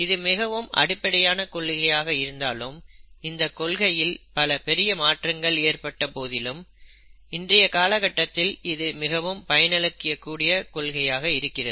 இது மிகவும் அடிப்படையான கொள்கையாக இருந்தாலும் இந்தக் கொள்கையில் பல பெரிய மாற்றங்கள் ஏற்பட்ட போதிலும் இன்றைய காலகட்டத்தில் இது மிகவும் பயனளிக்கக்கூடிய கொள்கையாக இருக்கிறது